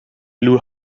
blew